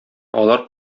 алар